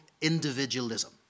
individualism